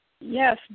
Yes